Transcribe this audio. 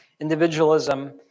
individualism